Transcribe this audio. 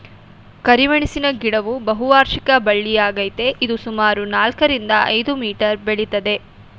ಕರಿಮೆಣಸಿನ ಗಿಡವು ಬಹುವಾರ್ಷಿಕ ಬಳ್ಳಿಯಾಗಯ್ತೆ ಇದು ಸುಮಾರು ನಾಲ್ಕರಿಂದ ಐದು ಮೀಟರ್ ಬೆಳಿತದೆ